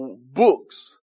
books